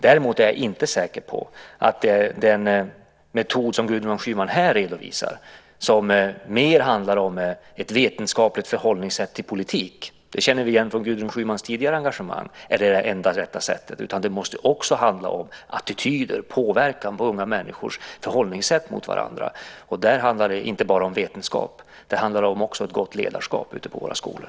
Däremot är jag inte säker på att den metod som Gudrun Schyman här redovisar som mer handlar om ett vetenskapligt förhållningssätt till politik - det känner vi igen från Gudrun Schymans tidigare engagemang - är det enda rätta sättet. Det måste också handla om attityder, påverkan när det gäller unga människors förhållningssätt mot varandra, och där handlar det inte bara om vetenskap. Det handlar också om ett gott ledarskap ute på våra skolor.